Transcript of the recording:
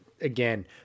again